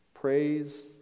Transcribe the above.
Praise